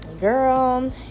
girl